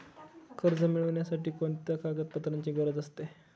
कर्ज मिळविण्यासाठी कोणत्या कागदपत्रांची गरज असते?